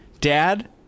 Dad